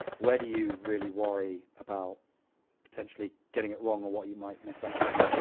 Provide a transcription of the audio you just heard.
where do you really worry about potentially getting it wrong or what you might miss out on?